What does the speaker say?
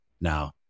Now